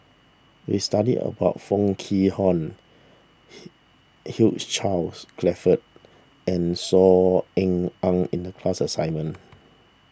we studied about Foo Kwee Horng Hugh Charles Clifford and Saw Ean Ang in the class assignment